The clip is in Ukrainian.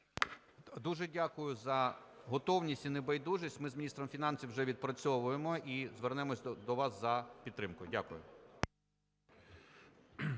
Дуже дякую за готовість і небайдужість. Ми з міністром фінансів вже відпрацьовуємо і звернемося до вас за підтримкою. Дякую.